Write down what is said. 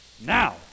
now